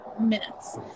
minutes